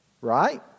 Right